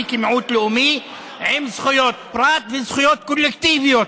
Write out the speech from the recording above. כמיעוט לאומי עם זכויות פרט וזכויות קולקטיביות.